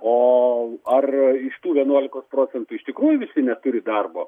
o ar iš tų vienuolikos procentų iš tikrųjų visi neturi darbo